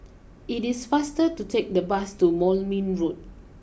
it is faster to take the bus to Moulmein Road